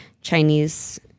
Chinese